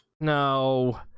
No